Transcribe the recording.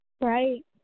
Right